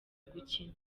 gukina